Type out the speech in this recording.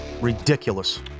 Ridiculous